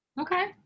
Okay